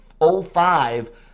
05